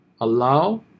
Allow